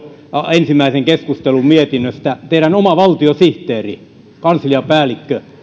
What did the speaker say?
ensimmäisen keskustelun mietinnöstä teidän oma valtiosihteerinne kansliapäällikkö